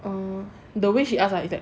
err the way she ask like that